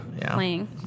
playing